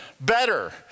Better